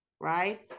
right